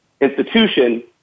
institution